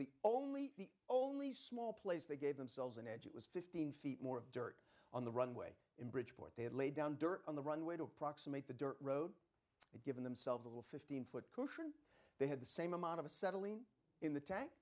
the only the only small place they gave themselves an edge it was fifteen feet more of dirt on the runway bridgeport they had laid down dirt on the runway to approximate the dirt road and given themselves a little fifteen foot cushion they had the same amount of acetylene in the tank